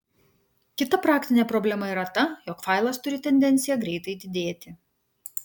kita praktinė problema yra ta jog failas turi tendenciją greitai didėti